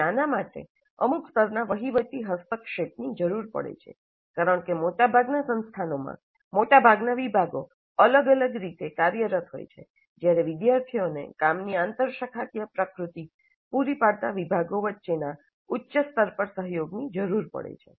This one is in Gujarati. અને આના માટે અમુક સ્તરના વહીવટી હસ્તક્ષેપની જરૂર પડે છે કારણ કે મોટાભાગના સંસ્થાનોમાં મોટાભાગના વિભાગો અલગ અલગ રીતે કાર્યરત હોય છે જ્યારે વિદ્યાર્થીઓને કામની આંતરશાખાકીય પ્રકૃતિ પૂરી પડતા વિભાગો વચ્ચેના ઉચ્ચ સ્તર પર સહયોગની જરૂર પડે છે